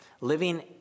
living